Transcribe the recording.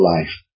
life